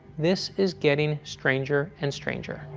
this is getting stranger and stranger.